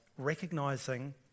Recognizing